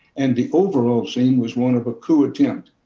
and the overall scene was one of a coup attempt.